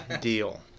deal